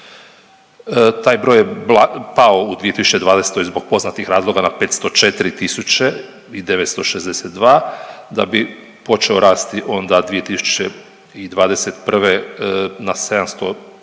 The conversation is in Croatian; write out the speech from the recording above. traj broj je pao u 2020. zbog poznatih razloga na 504 962, da bi počeo rasti onda 2021. na 714